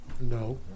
no